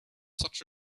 such